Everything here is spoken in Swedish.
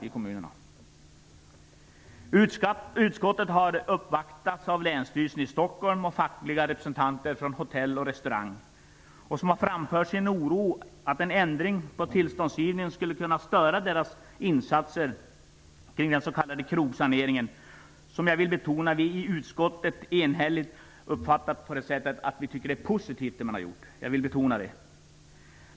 Utskottet har uppvaktats av representanter från länsstyrelsen i Stockholm och fackliga representanter från Hotell och Restauranganställdas Förbund. De har framfört sin oro över att en ändrad tillståndgivning skulle störa deras insatser kring den s.k. krogsaneringen. Jag vill betona att utskottet enhälligt uppfattat att det arbete som har gjorts har varit positivt.